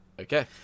okay